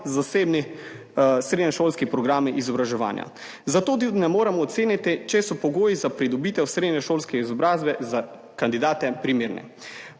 zasebni srednješolski programi izobraževanja. Zato tudi ne moremo oceniti, če so pogoji za pridobitev srednješolske izobrazbe za kandidate primerni.